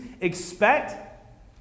expect